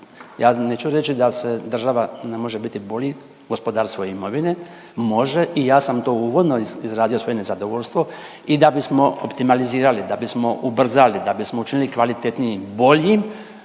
Ja neću reći da se država ne može biti bolji gospodar svoje imovine. Može i ja sam to uvodno izrazio svoje nezadovoljstvo i da bismo optimalizirali, da bismo ubrzali, da bismo učinili kvalitetnijim, boljim